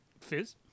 fizz